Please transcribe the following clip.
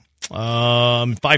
Five